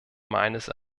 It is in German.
meines